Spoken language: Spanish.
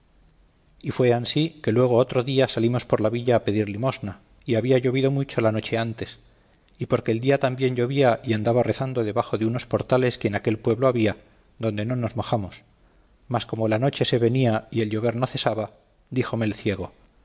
y fue ansí que luego otro día salimos por la villa a pedir limosna y había llovido mucho la noche antes y porque el día también llovía y andaba rezando debajo de unos portales que en aquel pueblo había donde no nos mojamos mas como la noche se venía y el llover no cesaba dijóme el ciego